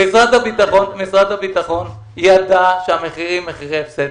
משרד הביטחון ידע שהמחירים הם מחירי הפסד,